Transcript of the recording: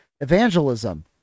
evangelism